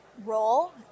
role